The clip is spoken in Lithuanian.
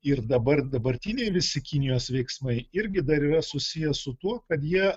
ir dabar dabartiniai visi kinijos veiksmai irgi dar yra susiję su tuo kad jie